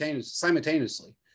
simultaneously